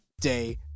day